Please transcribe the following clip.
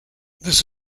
this